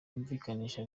yumvikanisha